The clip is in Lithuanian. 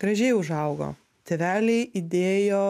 gražiai užaugo tėveliai įdėjo